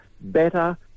better